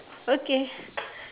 okay